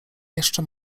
jeszcze